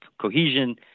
cohesion